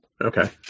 Okay